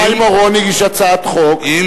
חיים אורון הגיש הצעת חוק,